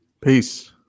peace